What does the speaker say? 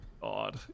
God